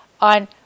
on